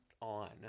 on